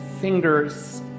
fingers